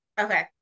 Okay